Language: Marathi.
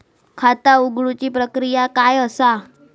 खाता उघडुची प्रक्रिया काय असा?